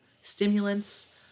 stimulants